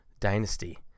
Dynasty